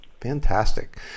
Fantastic